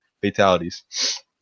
fatalities